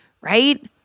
right